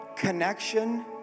Connection